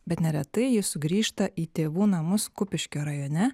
bet neretai ji sugrįžta į tėvų namus kupiškio rajone